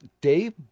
Dave